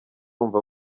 wumva